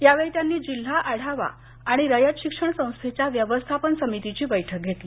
यावेळी त्यांनी जिल्हा आढावा आणि रयत शिक्षण संस्थेंच्या व्यवस्थापन समितीची बैठक घेतली